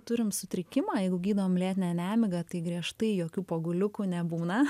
turim sutrikimą jeigu gydom lėtinę nemigą tai griežtai jokių poguliukų nebūna